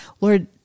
Lord